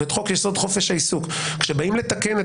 ואת חוק-יסוד: חופש העיסוק כשבאים לתקן את